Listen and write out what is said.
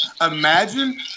imagine